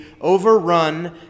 overrun